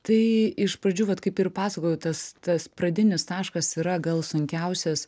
tai iš pradžių vat kaip ir pasakojau tas tas pradinis taškas yra gal sunkiausias